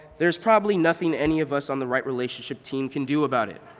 there's probably nothing any of us on the right relationship team can do about it